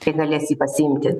kai galės jį pasiimti